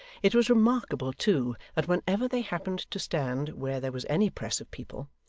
it was remarkable, too, that whenever they happened to stand where there was any press of people,